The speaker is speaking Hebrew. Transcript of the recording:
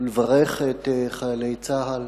ולברך את חיילי צה"ל